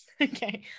Okay